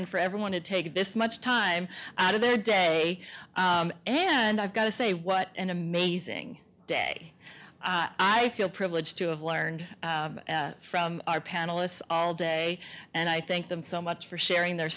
and for everyone to take this much time out of their day and i've got to say what an amazing day i feel privileged to have learned from our panelists all day and i thank them so much for sharing their